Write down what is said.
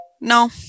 No